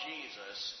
Jesus